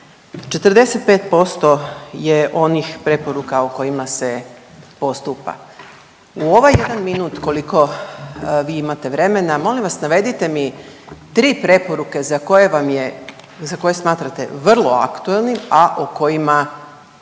45% je onih preporuka o kojima se postupa. U ovaj jedan minut koliko vi imate vremena molim vas navedite mi tri preporuke za koje vam je, za koje smatrate vrlo aktuelnim, a u kojima se